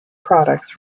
products